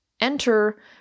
enter